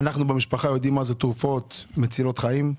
אנחנו במשפחה יודעים מה זה תרופות מצילות חיים,